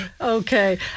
Okay